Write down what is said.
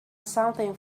something